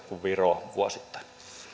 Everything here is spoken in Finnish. kuin viroon vuosittain